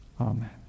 Amen